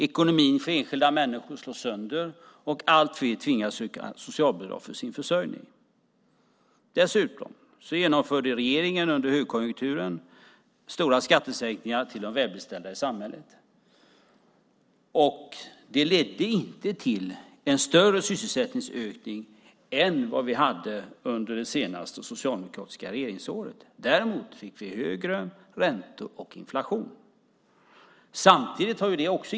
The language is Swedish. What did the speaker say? Ekonomin för enskilda människor slås sönder, och allt fler tvingas söka socialbidrag för sin försörjning. Dessutom genomförde regeringen under högkonjunkturen stora skattesänkningar för de välbeställda i samhället. Det ledde inte till en större sysselsättningsökning än under det senaste socialdemokratiska regeringsåret. Däremot fick vi högre räntor och inflation.